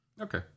Okay